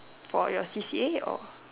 for your C_C_A or